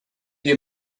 you